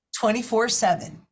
24-7